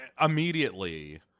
immediately